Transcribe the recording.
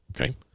okay